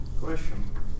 Question